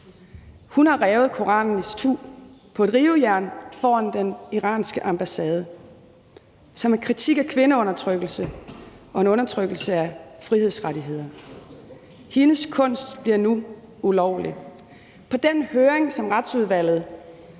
Hun har revet Koranen itu på et rivejern foran den iranske ambassade som en kritik af kvindeundertrykkelse og en undertrykkelse af frihedsrettigheder. Hendes kunst bliver nu ulovlig. Under den høring, som Retsudvalget